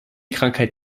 krankheit